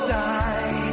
die